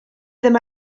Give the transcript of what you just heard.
ddim